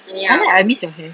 I like I miss your hair